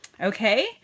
Okay